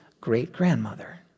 great-grandmother